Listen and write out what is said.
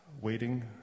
waiting